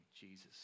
Jesus